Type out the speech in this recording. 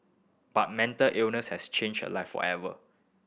but mental illness has changed her life forever